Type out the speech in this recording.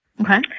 Okay